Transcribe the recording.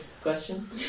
question